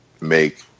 make